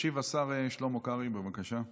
ישיב השר שלמה קרעי, בבקשה.